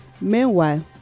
meanwhile